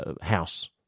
house